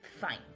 Fine